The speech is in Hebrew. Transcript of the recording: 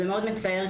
זה מאוד מצער,